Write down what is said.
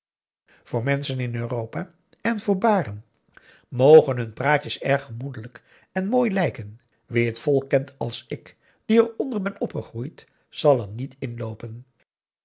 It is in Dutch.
voor menschen in europa en voor baren mogen hun praatjes erg gemoedelijk en mooi lijken wie het volk kent als ik die eronder ben opgegroeid zal er niet inloopen